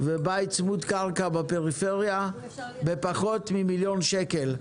ובית צמוד קרקע בפריפריה בפחות במיליון שקל.